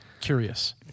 curious